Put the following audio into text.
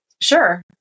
Sure